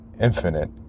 infinite